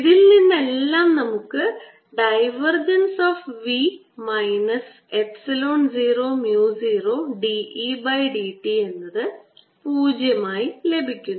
ഇതിൽനിന്നെല്ലാം നമുക്ക് divergence of v minus epsilon 0 mu 0 d E by d t എന്നത് പൂജ്യമായി ലഭിക്കുന്നു